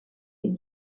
des